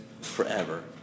forever